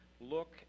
look